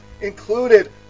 included